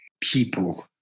people